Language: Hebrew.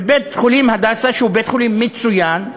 ובית-חולים "הדסה", שהוא בית-חולים מצוין,